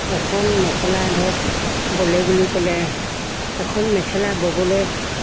এখন মেখেলা ধৰক বলে বুলি ক'লে এখন মেখেলা ববলৈ